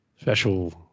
special